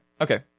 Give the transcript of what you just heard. okay